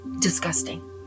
disgusting